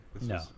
No